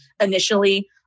initially